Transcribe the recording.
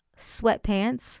sweatpants